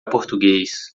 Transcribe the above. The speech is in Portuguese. português